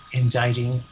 indicting